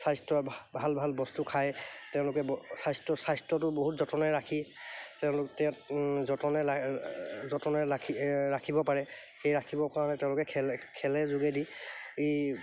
স্বাস্থ্যৰ ভাল ভাল বস্তু খাই তেওঁলোকে স্বাস্থ্য স্বাস্থ্যটো বহুত যতনে ৰাখি তেওঁলোক যতনে যতনে ৰাখি ৰাখিব পাৰে সেই ৰাখিবৰ কাৰণে তেওঁলোকে খেলে খেলৰ যোগেদি এই